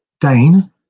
Dane